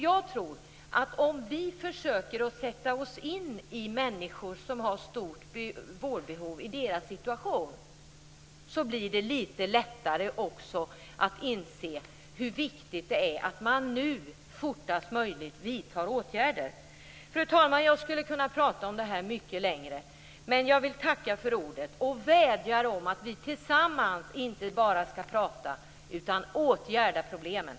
Jag tror att om vi försöker sätta oss in i den situation som människor med stort vårdbehov lever i blir det litet lättare att inse hur viktigt det är att man nu fortast möjligt vidtar åtgärder. Fru talman! Jag skulle kunna prata om detta mycket längre, men jag vill tacka för ordet, och vädjar om att vi tillsammans inte bara skall prata, utan åtgärda problemen.